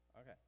Okay